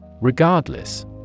Regardless